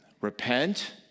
repent